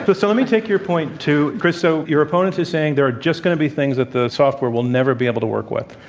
but so, let me take your point to chris. so, your opponent is saying they are just going to be things that the software will never be able to work with.